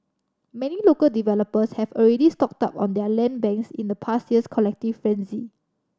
many local developers have already stocked up on their land banks in the past year's collective frenzy